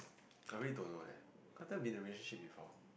I really don't know leh can't tell be the relationship before